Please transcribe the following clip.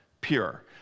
pure